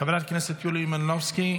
חברת הכנסת יוליה מלינובסקי,